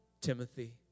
Timothy